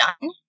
done